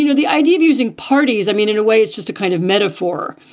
you know the idea of using parties, i mean, in a way, it's just a kind of metaphor.